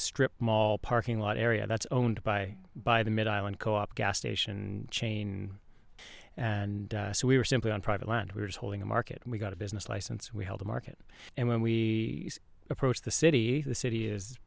strip mall parking lot area that's owned by by the middle and co op gas station chain and so we were simply on private land who was holding a market and we got a business license we held a market and when we approached the city the city is